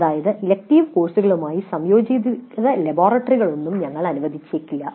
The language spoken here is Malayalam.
അതായത് ഇലക്ടീവ് കോഴ്സുകളുമായി സംയോജിത ലബോറട്ടറികളൊന്നും ഞങ്ങളെ അനുവദിക്കില്ല